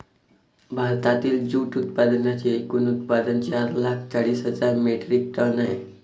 भारतातील जूट उत्पादनांचे एकूण उत्पादन चार लाख चाळीस हजार मेट्रिक टन आहे